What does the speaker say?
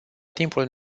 timpul